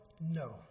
no